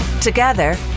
Together